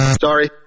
Sorry